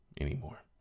anymore